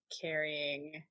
carrying